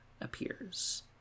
appears